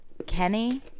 Kenny